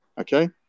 okay